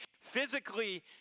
physically